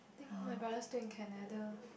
think my brother still in Canada